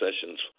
sessions